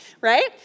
right